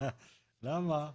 למה?